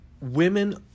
women